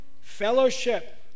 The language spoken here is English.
Fellowship